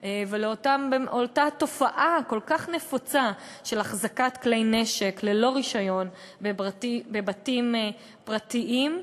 ואותה תופעה כל כך נפוצה של החזקת כלי נשק ללא רישיון בבתים פרטיים.